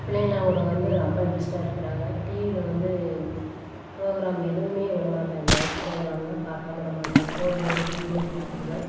பிள்ளைங்ளோட வந்து ரொம்ப இன்ட்ரஸ்ட்டாக இருக்கிறாங்க டிவியில் வந்து ப்ரோகிராம் எதுவுமே விடமாட்டேன் டான்ஸ் ப்ரோகிராம்ன்னால் பார்க்காம விடமாட்டோம் ஃபோன்லேயோ டிவிலேயோ பார்த்துடுவேன்